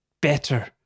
better